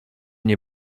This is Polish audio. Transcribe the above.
nie